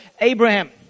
Abraham